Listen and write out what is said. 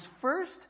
first